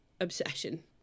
obsession